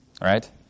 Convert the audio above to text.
right